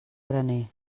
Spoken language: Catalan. graner